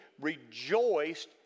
rejoiced